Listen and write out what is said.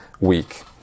week